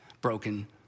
broken